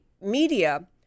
media